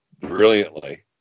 brilliantly